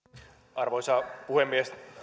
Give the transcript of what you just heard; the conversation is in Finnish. arvoisa puhemies